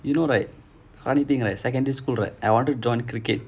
you know right funny thing right secondary school right I wanted join cricket